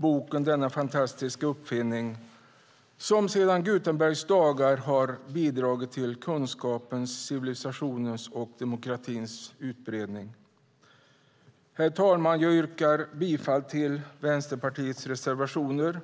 Boken, denna fantastiska uppfinning har sedan Gutenbergs dagar bidragit till kunskapens, civilisationens och demokratins utbredning. Herr talman! Jag yrkar bifall till Vänsterpartiets reservationer